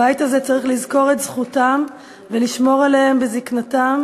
הבית הזה צריך לזכור את זכותם ולשמור עליהם בזיקנתם,